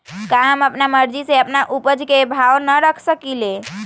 का हम अपना मर्जी से अपना उपज के भाव न रख सकींले?